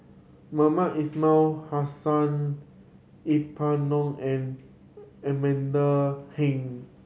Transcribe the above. Mohamed Ismail Hussain Yeng Pway Ngon and Amanda Heng